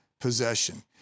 possession